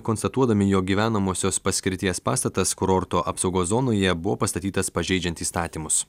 konstatuodami jo gyvenamosios paskirties pastatas kurorto apsaugos zonoje buvo pastatytas pažeidžiant įstatymus